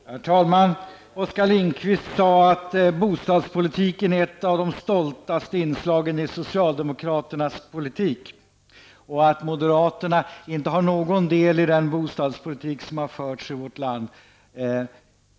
Herr talman! Oskar Lindkvist sade att bostadspolitiken är ett av de stoltaste inslagen i socialdemokraternas politik och att moderaterna inte har någon del i den bostadspolitik som har förts i vårt land.